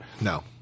No